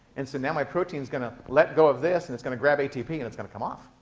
and so now my protein's going to let go of this and it's going to grab atp and it's going to come off,